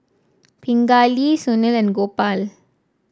Pingali Sunil and Gopal